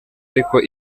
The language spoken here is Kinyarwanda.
ariko